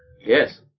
Yes